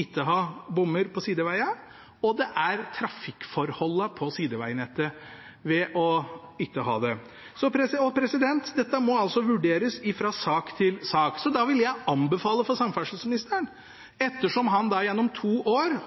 ikke å ha bompenger på sidevegene, og det er trafikkforholdene på sidevegnettet ved ikke å ha det. Dette må altså vurderes fra sak til sak. Da vil jeg anbefale samferdselsministeren, ettersom han gjennom to år